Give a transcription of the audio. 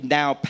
now